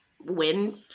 win